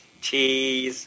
Cheese